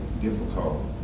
difficult